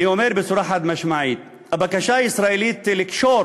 אני אומר בצורה חד-משמעית: הבקשה הישראלית לקשור